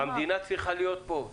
המדינה צריכה להיות פה.